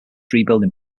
rebuilding